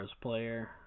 player